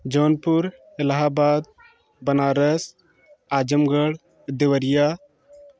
Jaunpur Allahabad Banaras Azamgarh Deoria